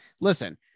listen